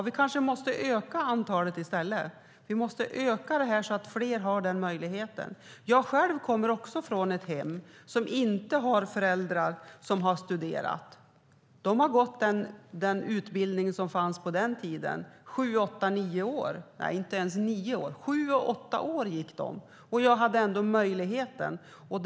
Vi kanske måste öka antalet platser i stället så att fler får denna möjlighet. Jag själv kommer från ett hem där föräldrarna inte har studerat. De har gått den utbildning som fanns på den tiden. Det var sju åtta år som de gick i skolan. Men jag hade ändå möjlighet att studera.